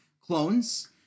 clones